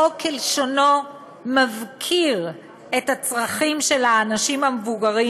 החוק כלשונו כיום מפקיר את הצרכים של האנשים המבוגרים